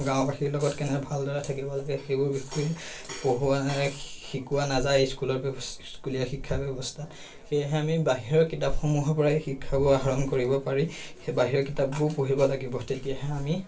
গাঁওবাসীৰ লগত কেনে ভালদৰে থাকিব লাগে সেইবোৰ বিষয়ে পঢ়োৱা শিকোৱা নাযায় স্কুলৰ ব্যৱ স্কুলীয়া শিক্ষা ব্যৱস্থাত সেয়েহে আমি বাহিৰৰ কিতাপসমূহৰ পৰাই শিক্ষাবোৰ আহৰণ কৰিব পাৰি সেই বাহিৰৰ কিতাপবোৰ পঢ়িব লাগিব তেতিয়াহে আমি